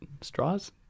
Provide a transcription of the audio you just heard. straws